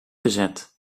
bezet